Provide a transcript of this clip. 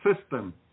system